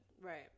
Right